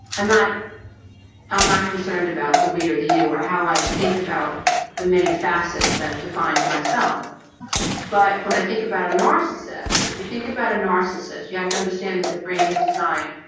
i'm not i'm not concerned about the way or the you or how i think about the many facets that define myself but when i think about a narcissist if you think about a narcissist you have to understand that the brain is designed